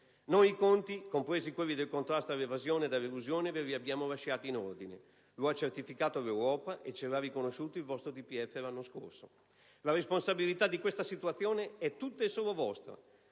Noi i conti, compresi quelli del contrasto all'evasione ed all'elusione, ve li abbiamo lasciati in ordine: lo ha certificato l'Europa e ce l'ha riconosciuto il vostro DPEF l'anno scorso. La responsabilità di questa situazione è tutta e solo vostra: